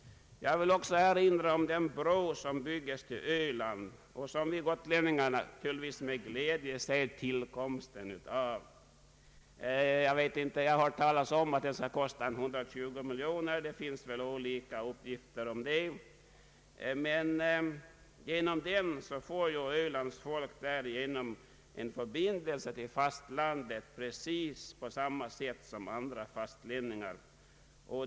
Jag vill också erinra om den bro, som bygges till Öland och som vi gotlän ningar med glädje ser tillkomsten av. Jag har hört talas om att den skulle kosta ca 120 miljoner kronor. Det finns väl olika uppgifter härom. Genom denna bro får Ölands folk en förbindelse till fastlandet och får därigenom samma möjligheter som andra fastlänningar.